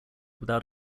without